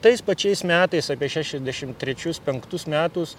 tais pačiais metais apie šešiasdešim trečius penktus metus